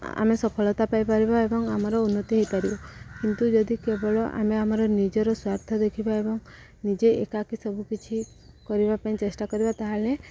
ଆମେ ସଫଳତା ପାଇପାରିବା ଏବଂ ଆମର ଉନ୍ନତି ହେଇପାରିବ କିନ୍ତୁ ଯଦି କେବଳ ଆମେ ଆମର ନିଜର ସ୍ୱାର୍ଥ ଦେଖିବା ଏବଂ ନିଜେ ଏକାକି ସବୁକଛି କରିବା ପାଇଁ ଚେଷ୍ଟା କରିବା ତା'ହେଲେ